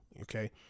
okay